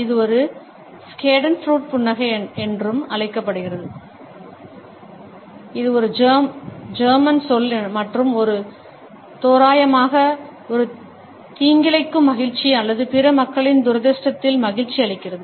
இது ஒரு ஸ்கேடன்ஃப்ரூட் புன்னகை என்றும் அழைக்கப்படுகிறது இது ஒரு ஜெர்மன் சொல் மற்றும் இது தோராயமாக ஒரு தீங்கிழைக்கும் மகிழ்ச்சி அல்லது பிற மக்களின் துரதிர்ஷ்டத்தில் மகிழ்ச்சி அளிக்கிறது